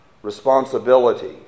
Responsibility